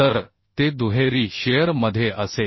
तर ते दुहेरी शिअर मध्ये असेल